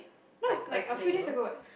no like a few days ago what